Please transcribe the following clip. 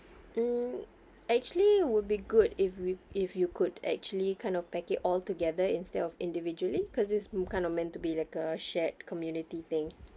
um actually it would be good if we if you could actually kind of pack it all together instead of individually because it's kind of meant to be like a shared community thing